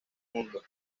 mundo